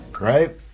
right